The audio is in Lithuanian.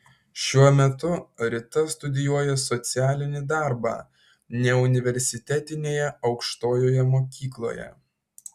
šiuo metu rita studijuoja socialinį darbą neuniversitetinėje aukštojoje mokykloje